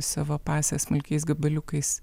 savo pasą smulkiais gabaliukais